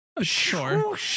sure